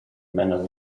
manner